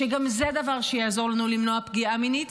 שגם זה דבר שיעזור לנו למנוע פגיעה מינית,